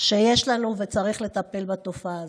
שיש לנו, וצריך לטפל בתופעה הזאת.